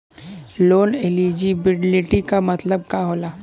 Loan eligibility का मतलब का होला?